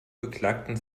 beklagten